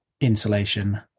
insulation